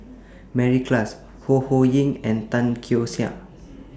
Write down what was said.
Mary Klass Ho Ho Ying and Tan Keong Saik